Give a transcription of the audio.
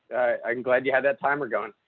i mean glad you have that time we're going.